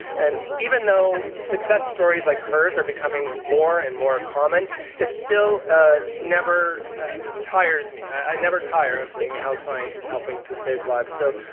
and even though success stories like hers are becoming more and more common it still ah never tires me. i never tire of seeing how science is helping to save lives. so,